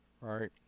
Right